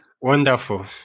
Wonderful